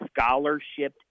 scholarship